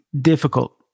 difficult